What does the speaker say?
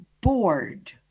bored